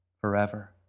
forever